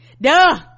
duh